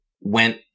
went